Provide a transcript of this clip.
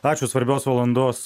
ačiū svarbios valandos